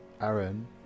Aaron